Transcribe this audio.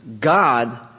God